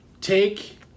take